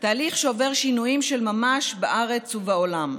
תהליך שעובר שינויים של ממש בארץ ובעולם.